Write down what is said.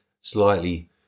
slightly